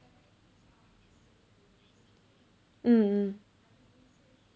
mm mm